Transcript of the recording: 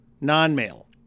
non-male